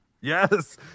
Yes